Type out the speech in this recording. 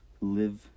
live